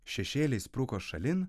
šešėliai spruko šalin